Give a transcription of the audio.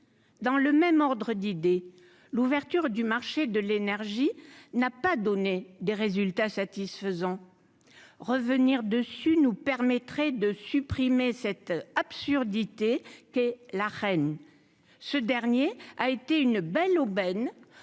dans le même ordre d'idée, l'ouverture du marché de l'énergie n'a pas donné des résultats satisfaisants revenir dessus nous permettrait de supprimer cette absurdité qu'est la reine, ce dernier a été une belle aubaine